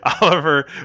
Oliver